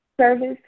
service